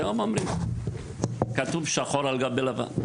זה כתוב שחור על גבי לבן.